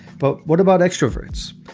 but what about extroverts?